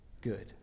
good